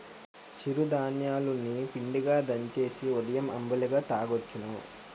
చిరు ధాన్యాలు ని పిండిగా దంచేసి ఉదయం అంబలిగా తాగొచ్చును